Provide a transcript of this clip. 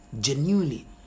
genuinely